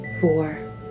Four